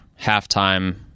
halftime